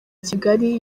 kigali